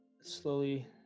slowly